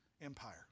Empire